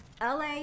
LA